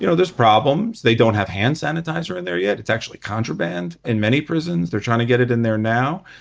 you know there's problems. they don't have hand sanitizer in there yet. it's actually contraband in many prisons. they're trying to get it in there now.